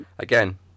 Again